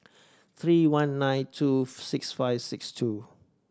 three one nine two six five six two